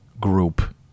group